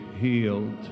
healed